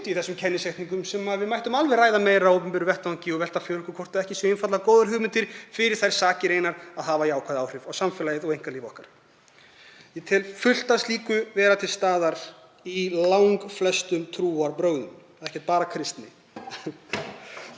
í þessum kennisetningum mættum við alveg ræða meira á opinberum vettvangi og velta fyrir okkur hvort ekki séu einfaldlega góðar hugmyndir, fyrir þær sakir einar að hafa jákvæð áhrif á samfélagið og einkalíf okkar. Ég tel fullt af slíku vera til staðar í langflestum trúarbrögðum, ekki bara kristni.